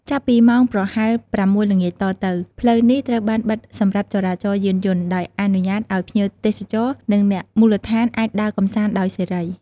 ចាប់ពីម៉ោងប្រហែល ៦ ល្ងាចតទៅ ផ្លូវនេះត្រូវបានបិទសម្រាប់ចរាចរណ៍យានយន្ត ដោយអនុញ្ញាតឲ្យភ្ញៀវទេសចរ និងអ្នកមូលដ្ឋានអាចដើរកម្សាន្តដោយសេរី។